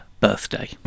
Birthday